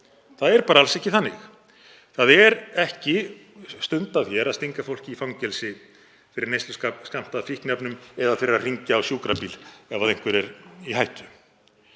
Það er bara alls ekki þannig. Það er ekki stundað hér að stinga fólki í fangelsi fyrir neysluskammta af fíkniefnum eða fyrir að hringja á sjúkrabíl ef einhver er í hættu.